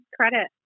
credit